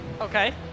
Okay